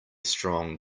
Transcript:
strong